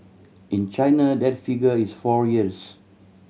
in China that figure is four years